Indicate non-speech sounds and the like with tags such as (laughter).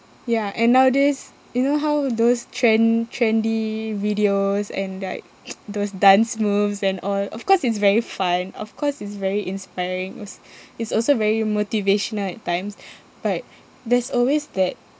ya and nowadays you know how those trend~ trendy videos and like (laughs) those dance moves and all of course it's very fun of course it's very inspiring it was it's also very motivational at times but there's always that